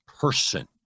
person